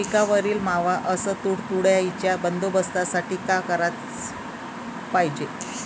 पिकावरील मावा अस तुडतुड्याइच्या बंदोबस्तासाठी का कराच पायजे?